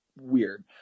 weird